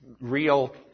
real